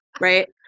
right